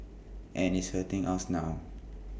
and it's hurting us now